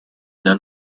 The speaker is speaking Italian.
dal